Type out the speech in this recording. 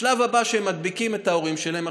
השלב הבא, שהם מדביקים את ההורים שלהם.